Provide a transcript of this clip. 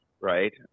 right